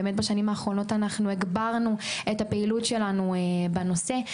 בשנים האחרונות אנחנו הגברנו את הפעילות שלנו בנושא.